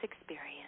experience